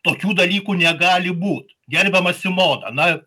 tokių dalykų negali būt gerbiama simona na